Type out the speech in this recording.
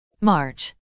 March